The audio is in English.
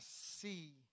see